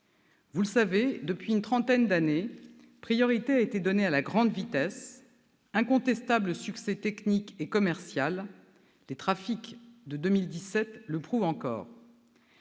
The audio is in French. Vous le savez, depuis une trentaine d'années, priorité a été donnée à la grande vitesse, incontestable succès technique et commercial, les statistiques de trafic pour 2017 le prouvent encore.